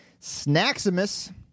Snaximus